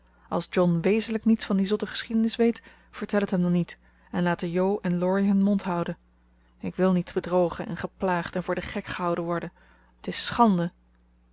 als john wezenlijk niets van die zotte geschiedenis weet vertel het hem dan niet en laten jo en laurie hun mond houden ik wil niet bedrogen en geplaagd en voor den gek gehouden worden t is schande